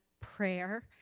prayer